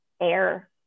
air